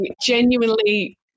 genuinely